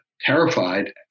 terrified